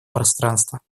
пространства